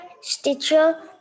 Stitcher